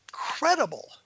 Incredible